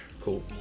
Cool